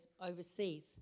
Overseas